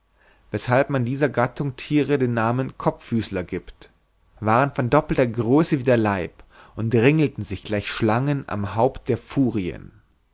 weshalb man dieser gattung thiere den namen kopffüßler giebt waren von doppelter größe wie der leib und ringelten sich gleich den schlangen am